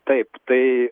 taip tai